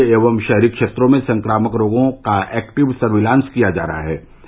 ग्रामीण एवं षहरी क्षेत्रों में संक्रामक रोगों का एक्टिव सर्विलांस किया जा रहा है